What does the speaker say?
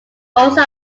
also